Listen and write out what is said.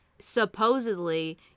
supposedly